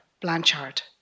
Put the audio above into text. Blanchard